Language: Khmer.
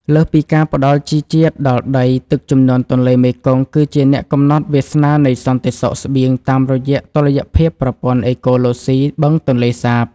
លើសពីការផ្តល់ជីជាតិដល់ដី ទឹកជំនន់ទន្លេមេគង្គគឺជាអ្នកកំណត់វាសនានៃសន្តិសុខស្បៀងតាមរយៈតុល្យភាពប្រព័ន្ធអេកូឡូស៊ីបឹងទន្លេសាប។